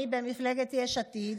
אני ממפלגת יש עתיד.